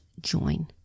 join